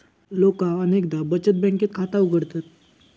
लोका अनेकदा बचत बँकेत खाता उघडतत